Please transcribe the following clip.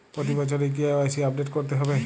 প্রতি বছরই কি কে.ওয়াই.সি আপডেট করতে হবে?